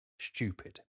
stupid